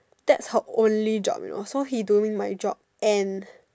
that's her only job you know so he doing my job and